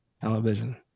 Television